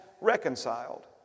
reconciled